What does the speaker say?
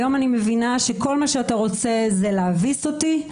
היום אני מבינה שכל מה שאתה רוצה זה להביס אותי,